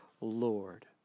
Lord